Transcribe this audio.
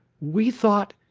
we thought.